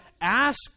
ask